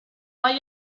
hay